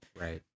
Right